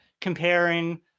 comparing